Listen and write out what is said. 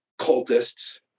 cultists